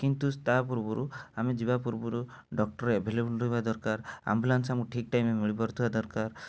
କିନ୍ତୁ ତା ପୂର୍ବରୁ ଆମେ ଯିବା ପୂର୍ବରୁ ଡକ୍ଟର୍ ଏଭେଲେବୁଲ୍ ରହିବା ଦରକାର ଆମ୍ବୁଲାନସ ଆମକୁ ଠିକ ଟାଇମ୍ ମିଳିପାରୁଥିବା ଦରକାର